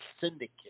syndicate